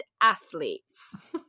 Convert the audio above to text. athletes